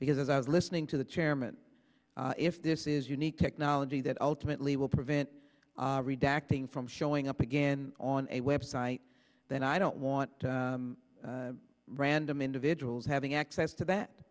because as i was listening to the chairman if this is unique technology that ultimately will prevent redacting from showing up again on a web site then i don't want random individuals having access to that